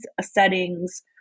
settings